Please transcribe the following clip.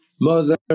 mother